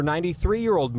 93-YEAR-OLD